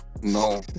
No